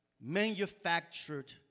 manufactured